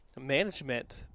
management